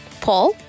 Paul